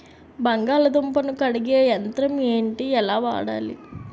బంగాళదుంప ను కడిగే యంత్రం ఏంటి? ఎలా వాడాలి?